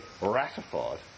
ratified